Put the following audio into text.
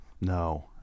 No